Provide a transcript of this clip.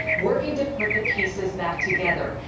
working to put the pieces back together.